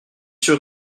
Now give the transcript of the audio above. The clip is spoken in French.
sûr